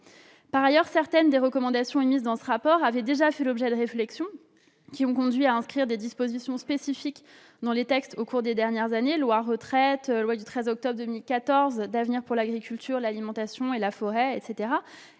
Par ailleurs, certaines des recommandations émises dans ce rapport avaient déjà fait l'objet de réflexions ayant conduit à inscrire des dispositions spécifiques dans les textes au cours des dernières années- loi retraite de 2014, loi du 13 octobre 2014 d'avenir pour l'agriculture, l'alimentation et la forêt ...